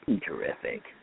Terrific